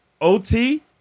OT